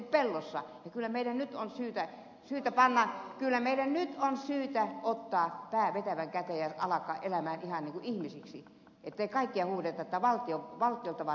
me olemme eläneet kuin pellossa ja kyllä meidän nyt on syytä ottaa pää vetävän käteen ja alkaa elää ihan ikään kuin ihmisiksi ettei kaikessa huudeta että valtiolta vaan rahaa valtiolta rahaa